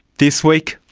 this week,